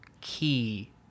Key